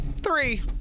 Three